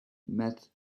meth